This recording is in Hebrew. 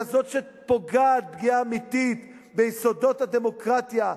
כזאת שפוגעת פגיעה אמיתית ביסודות הדמוקרטיה,